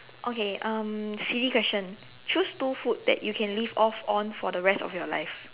okay um silly question choose two food that you can live off on for the rest of your life